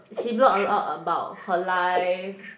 she blog a lot about her life